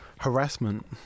harassment